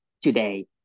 today